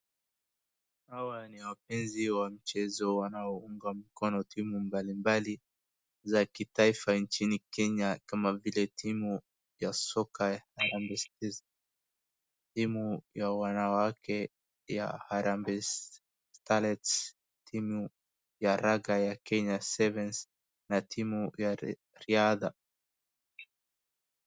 Hawa ni wapenzi wa michezo ambao wanaunga mkono timu mbalimbali za kitaifa nchini Kenya kama vile timu ya soka ya Harambee Stars, timu ra wanawake ya Harambe Starlets, timu ya raga ya Kenya Sevens, na timu ya riadha.